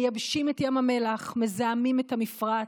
מייבשים את ים המלח, מזהמים את המפרץ,